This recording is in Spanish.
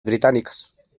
británicas